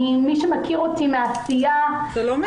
מי שמכיר אותנו --- זה לא מידע.